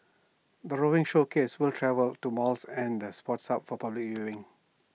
the roving showcase will travel to malls and the sports hub for public viewing